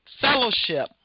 fellowship